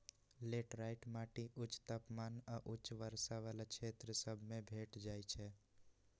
laterite माटि उच्च तापमान आऽ उच्च वर्षा वला क्षेत्र सभ में भेंट जाइ छै